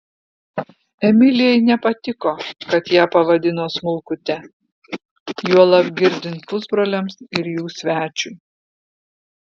emilijai nepatiko kad ją pavadino smulkute juolab girdint pusbroliams ir jų svečiui